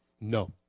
No